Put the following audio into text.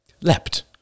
leapt